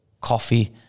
coffee